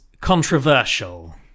controversial